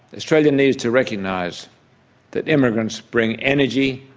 australia needs to recognise that immigrants bring energy,